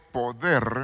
poder